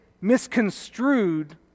misconstrued